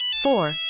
four